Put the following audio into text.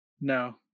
no